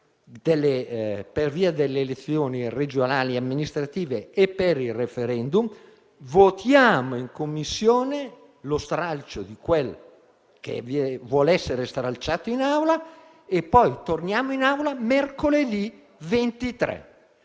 per via delle elezioni regionali, amministrative e per il *referendum*. A quel punto, votiamo in Commissione lo stralcio di quel che vuole essere stralciato in Aula e poi torniamo qui mercoledì 23,